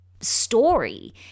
story